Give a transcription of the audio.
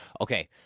Okay